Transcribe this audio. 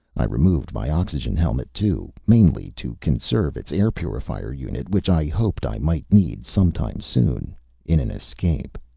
i removed my oxygen helmet, too, mainly to conserve its air-purifier unit, which i hoped i might need sometime soon in an escape.